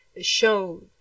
show